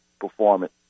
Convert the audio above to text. performance